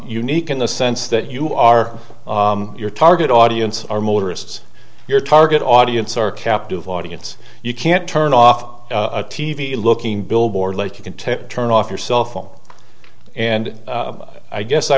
nique in the sense that you are your target audience are motorists your target audience or a captive audience you can't turn off a t v looking billboard like you can type turn off your cell phone and i guess i